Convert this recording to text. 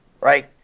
right